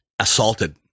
assaulted